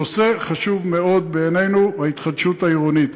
נושא חשוב מאוד בעינינו הוא ההתחדשות העירונית,